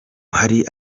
hari